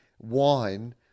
wine